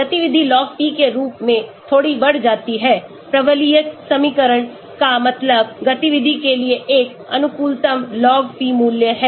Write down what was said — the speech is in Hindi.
गतिविधि log p के रूप में थोड़ी बढ़ जाती है परवलयिक समीकरण का मतलब गतिविधि के लिए एक अनुकूलतमlog p मूल्य है